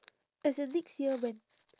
as in next year when